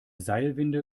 seilwinde